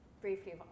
Briefly